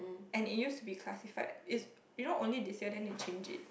and it used to be classified is you know only this year then they changed it